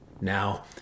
now